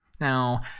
Now